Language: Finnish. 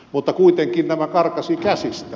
mutta kuitenkin tämä karkasi käsistä